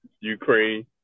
Ukraine